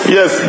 Yes